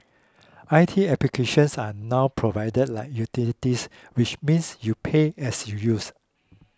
I T applications are now provided like utilities which means you pay as you use